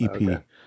EP